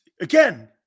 Again